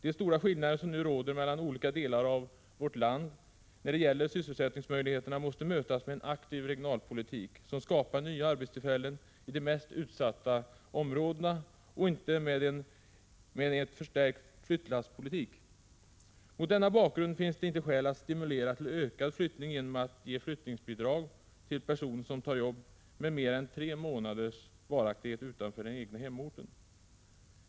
De stora skillnader som nu råder mellan olika delar av vårt land när det gäller sysselsättningsmöjligheterna måste mötas med en aktiv regionalpolitik, som skapar nya arbetstillfällen i de mest utsatta områdena, och inte med en förstärkt flyttlasspolitik. Mot denna bakgrund finns det inte skäl att stimulera till ökad flyttning genom att ge flyttningsbidrag till personer som tar jobb med mer än tre månaders varaktighet utanför den egna hemorten.